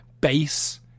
bass